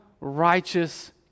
righteous